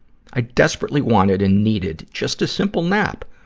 i desperately wanted and needed just a simple nap!